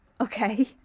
okay